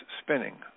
spinning